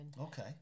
okay